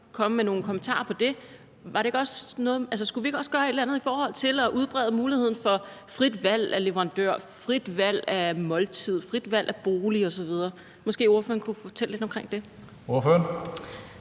Skulle vi ikke også gøre et eller andet i forhold til at udbrede muligheden for frit valg af leverandør, frit valg af måltid, frit valg af bolig osv.? Måske kunne ordføreren sige lidt om det.